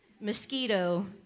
Mosquito